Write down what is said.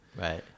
right